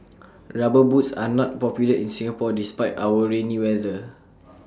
rubber boots are not popular in Singapore despite our rainy weather